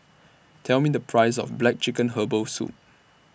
Tell Me The Price of Black Chicken Herbal Soup